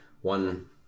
one